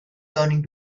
turning